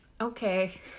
Okay